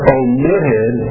omitted